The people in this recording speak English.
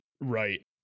Right